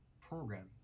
program